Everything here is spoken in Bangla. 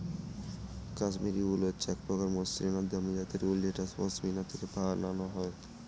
কাশ্মিরী উল হচ্ছে এক প্রকার মসৃন আর দামি জাতের উল যেটা পশমিনা থেকে বানানো হয়